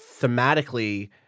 thematically